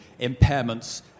impairments